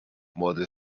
młody